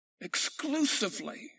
exclusively